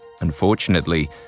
Unfortunately